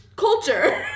culture